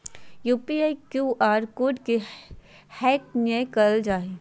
UPI, Q R code के hack नयय करल जा हइ